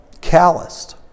calloused